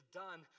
done